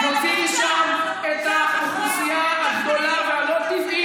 נוציא משם את האוכלוסייה הגדולה והלא-טבעית,